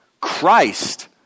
Christ